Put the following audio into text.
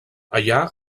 allà